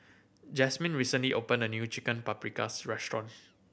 Jasmyn recently opened a new Chicken Paprikas Restaurant